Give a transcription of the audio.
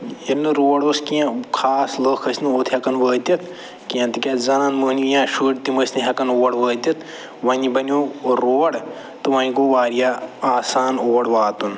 ییٚلہِ نہٕ روڈ اوس کیٚنہہ خاص لٔکھ ٲسۍ نہ اوٚت ہٮ۪کان وٲتِتھ کیٚنہہ تِکیٛازِ زنان مٔہنی یا شُرۍ تِم ٲسی نہ ہٮ۪کان اور وٲتِتھ وۄنۍ بنیو روڈ تہٕ وۄنۍ گوٚو واریاہ آسان اور واتُن